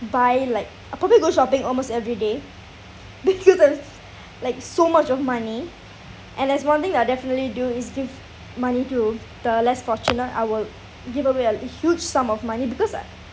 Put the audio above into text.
buy like I'll probably go shopping almost everyday because I have like so much of money and there's one thing I'll definitely do is give money to the less fortunate I will giveaway a huge sum of money because I